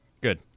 Good